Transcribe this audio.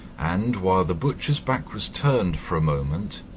and, while the butcher's back was turned for a moment,